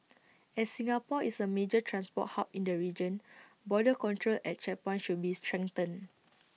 as Singapore is A major transport hub in the region border control at checkpoints should be strengthened